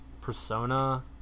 persona